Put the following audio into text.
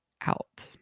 out